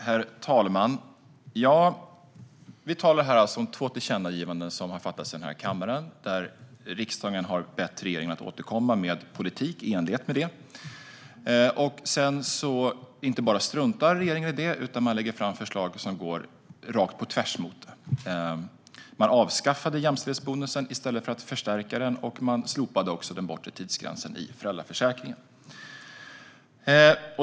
Herr talman! Vi talar här om två tillkännagivanden som det har fattats beslut om här i kammaren, där riksdagen har bett regeringen att återkomma med politik i enlighet med det. Sedan inte bara struntar regeringen i det, utan man lägger fram förslag som går rakt på tvärs emot det. Man avskaffade jämställdhetsbonusen i stället för att förstärka den, och man slopade också den bortre tidsgränsen i sjukförsäkringen.